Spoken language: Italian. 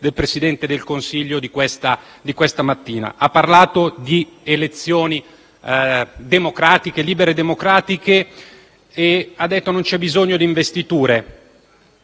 del presidente del Consiglio Conte di questa mattina: ha parlato di elezioni libere e democratiche e ha detto che non c'è bisogno di investiture.